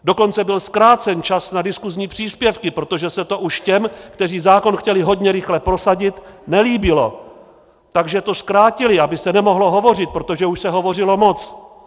Dokonce byl zkrácen čas na diskusní příspěvky, protože se to už těm, kteří chtěli zákon hodně rychle prosadit, nelíbilo, takže to zkrátili, aby se nemohlo hovořit, protože už se hovořilo moc.